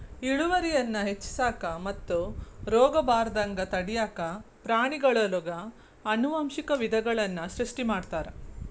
ಇಳುವರಿಯನ್ನ ಹೆಚ್ಚಿಸಾಕ ಮತ್ತು ರೋಗಬಾರದಂಗ ತಡ್ಯಾಕ ಪ್ರಾಣಿಗಳೊಳಗ ಆನುವಂಶಿಕ ವಿಧಗಳನ್ನ ಸೃಷ್ಟಿ ಮಾಡ್ತಾರ